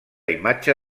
imatge